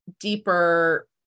deeper